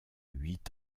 huit